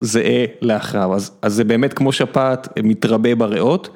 זהה לאחריו, אז זה באמת כמו שפעת, מתרבה בריאות.